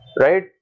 right